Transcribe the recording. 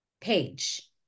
page